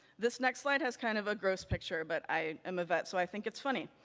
this next slide has kind of a gross picture, but i am a vet so i think it's funny.